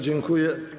Dziękuję.